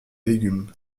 légumes